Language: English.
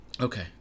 Okay